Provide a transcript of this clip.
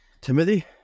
Timothy